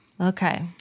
Okay